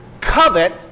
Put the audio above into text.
covet